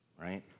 right